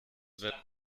wenn